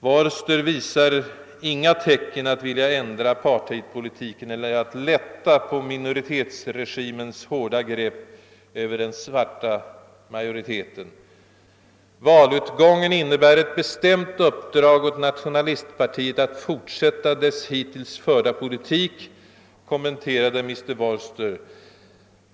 Voerster visar inga tecken att vilja ändra apartheidpolitiken eller lätta på minoritetsregimens hårda grepp över den svarta majoriteten. Valutgången innebär ett be stämt uppdrag åt nationalistpartiet att fortsätta sin hittills förda politik, kommenterade Mr. Voerster.